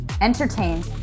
entertain